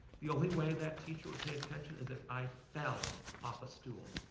the only way that teacher would pay attention is if i fell off a stool,